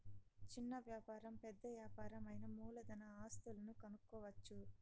చిన్న వ్యాపారం పెద్ద యాపారం అయినా మూలధన ఆస్తులను కనుక్కోవచ్చు